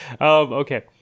Okay